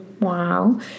wow